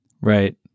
Right